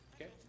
Okay